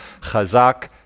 Chazak